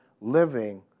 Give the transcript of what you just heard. living